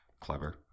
clever